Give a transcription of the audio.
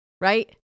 Right